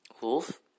Wolf